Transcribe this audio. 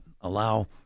allow